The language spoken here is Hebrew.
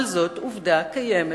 אבל זאת עובדה קיימת,